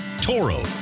Toro